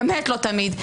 באמת לא תמיד.